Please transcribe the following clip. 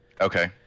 Okay